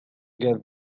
get